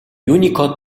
юникод